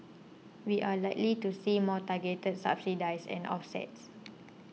we are likely to see more targeted subsidies and offsets